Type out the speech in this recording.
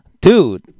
Dude